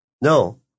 No